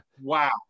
Wow